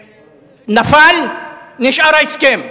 נפל, נשאר ההסכם.